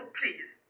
please